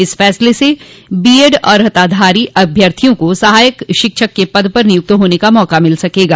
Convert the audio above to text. इस फैसले से बीएड अहर्ताधारी अभ्यर्थियों को सहायक शिक्षक के पद पर नियुक्त होने का मौका मिल सकेगा